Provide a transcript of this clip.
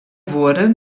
wurde